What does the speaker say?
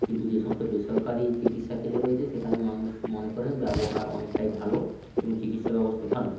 কিন্তু যে সমস্ত বেসরকারি চিকিৎসা কেন্দ্র রয়েছে সেখানে মানুষ মনে করেন ব্যবহার অনেকটাই ভালো এবং চিকিৎসা ব্যবস্থা ভালো